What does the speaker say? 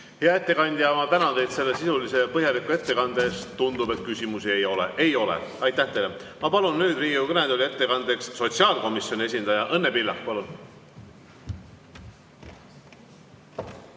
Hea ettekandja, ma tänan teid selle sisulise ja põhjaliku ettekande eest! Tundub, et küsimusi ei ole. Aitäh teile! Ma palun nüüd Riigikogu kõnetooli ettekandeks sotsiaalkomisjoni esindaja Õnne Pillaku. Palun!